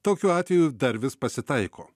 tokių atvejų dar vis pasitaiko